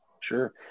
Sure